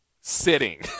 sitting